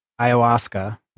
ayahuasca